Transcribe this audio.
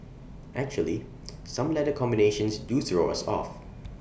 actually some letter combinations do throw us off